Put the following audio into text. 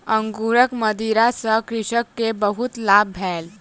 अंगूरक मदिरा सॅ कृषक के बहुत लाभ भेल